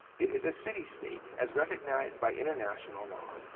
it is a city state as recognized by international law